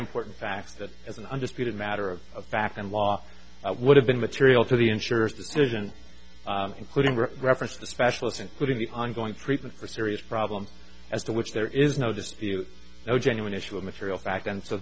important facts that as an undisputed matter of fact and law would have been material to the insurers decision including reference to specialists including the ongoing treatment for serious problems as to which there is no dispute no genuine issue of material fact and so